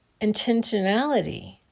intentionality